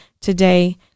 today